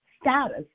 status